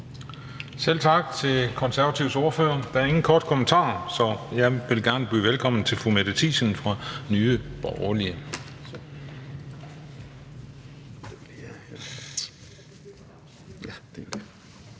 Juhl): Tak til Konservatives ordfører. Der er ingen korte bemærkninger, så jeg vil gerne byde velkommen til fru Mette Thiesen fra Nye Borgerlige.